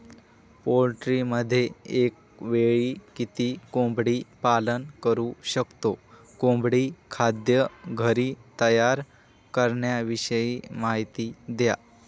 पोल्ट्रीमध्ये एकावेळी किती कोंबडी पालन करु शकतो? कोंबडी खाद्य घरी तयार करण्याविषयी माहिती द्या